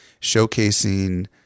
showcasing